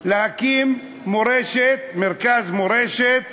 להקים מרכז מורשת